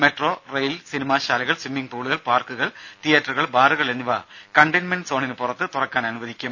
metro rail സിനിമാശാലകൾ swimming പൂളുകൾ പാർക്കുകൾ തിയറ്ററുകൾ ബാറുകൾ എന്നിവ കണ്ടെയിൻമെന്റ് സോണിന് പുറത്ത് തുറക്കാൻ അനുവദിക്കും